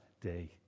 day